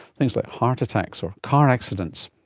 things like heart attacks or car accidents.